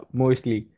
mostly